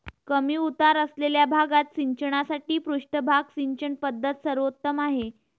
कमी उतार असलेल्या भागात सिंचनासाठी पृष्ठभाग सिंचन पद्धत सर्वोत्तम आहे